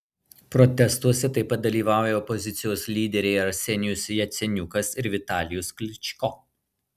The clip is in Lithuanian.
protestuose taip pat dalyvauja opozicijos lyderiai arsenijus jaceniukas ir vitalijus klyčko